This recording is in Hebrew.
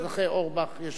אחרי חבר הכנסת אורבך.